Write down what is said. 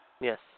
Yes